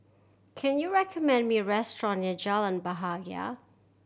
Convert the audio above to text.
can you recommend me a restaurant near Jalan Bahagia